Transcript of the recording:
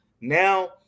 Now